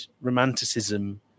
romanticism